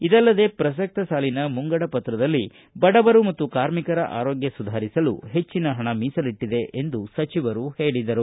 ಇದಲ್ಲದೇ ಪ್ರಸಕ್ತ ಸಾಲಿನ ಮುಂಗಡ ಪತ್ರದಲ್ಲಿ ಬಡವರು ಮತ್ತು ಕಾರ್ಮಿಕರ ಆರೋಗ್ಯ ಸುಧಾರಿಸಲು ಹೆಚ್ಚಿನ ಹಣ ಮೀಸಲಿಟ್ಟದೆ ಎಂದು ಸಚಿವರು ಹೇಳಿದರು